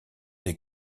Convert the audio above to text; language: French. des